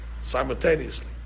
simultaneously